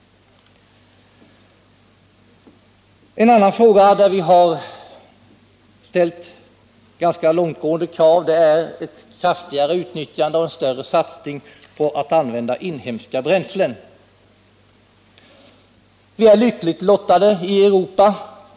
En annan fråga där vi ställt ganska långtgående krav är ett kraftigare utnyttjande och en större satsning på användandet av inhemska bränslen. Vi är lyckligt lottade i Europa.